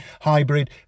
hybrid